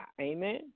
amen